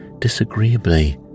disagreeably